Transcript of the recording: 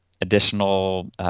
additional